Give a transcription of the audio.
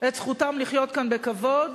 את זכותם לחיות כאן בכבוד.